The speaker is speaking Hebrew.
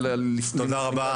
תודה רבה.